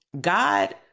God